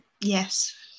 Yes